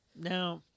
Now